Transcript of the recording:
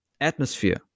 atmosphere